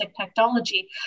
technology